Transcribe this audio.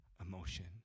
emotion